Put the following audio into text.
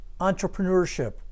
entrepreneurship